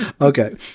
Okay